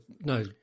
No